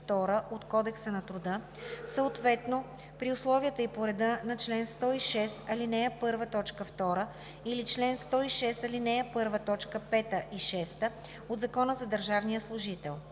от Кодекса на труда, съответно при условията и по реда на чл. 106, ал. 1, т. 2 или чл. 106, ал. 1, т. 5 и 6 от Закона за държавния служител.